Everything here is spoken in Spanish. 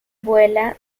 vuela